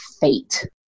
fate